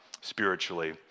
spiritually